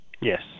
Yes